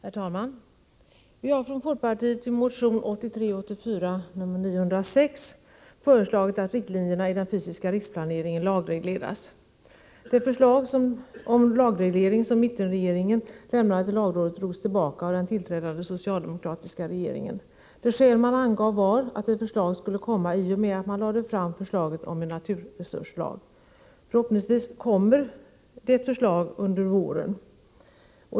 Herr talman! Vi har från folkpartiet i motion 1983/84:905 föreslagit att riktlinjerna i den fysiska riksplaneringen skall lagregleras. Det förslag om lagreglering som mittenregeringen lämnade till lagrådet drogs tillbaka av den tillträdande socialdemokratiska regeringen. Det skäl man angav var att ett förslag skulle komma i och med att man lade fram förslaget om en naturresurslag. Förhoppningsvis kommer ett förslag under våren.